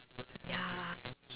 ya